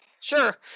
sure